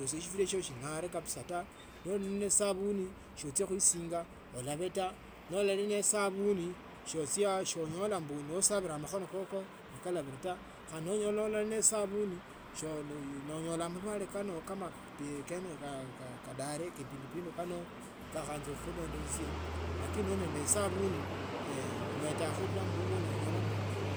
Wosia sifurazi sisyo singare kabisa noli resabuni sicha khusinga ulabe ta nolali ne sabuni sochia sonyoli nosabila makhano kake nekalibile ta nonyola nolali nesabuni sonyola nonyole malwale kano kama keneka diarhoea kipindupindu kakhaaza khukhulondeleria taa lakini noli nende esabuni umetakho bulamu bubwono